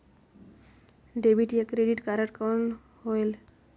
Debit या credit card कौन होएल?